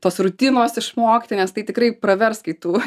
tos rutinos išmokti nes tai tikrai pravers kai tu